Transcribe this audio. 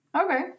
okay